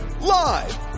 Live